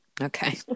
Okay